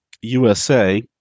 USA